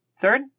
Third